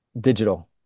digital